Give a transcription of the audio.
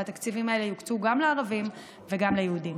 והתקציבים האלה יוקצו גם לערבים וגם ליהודים.